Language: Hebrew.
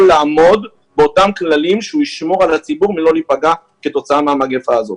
לעמוד באותם כללים שהוא ישמור על הציבור שלא ייפגע כתוצאה מהמגפה הזאת.